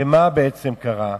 ומה בעצם קרה?